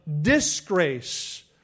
disgrace